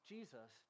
Jesus